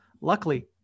Luckily